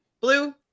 blue